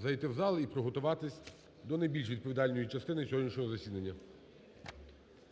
зайти в зал і приготуватися до найбільш відповідальної частини сьогоднішнього засідання.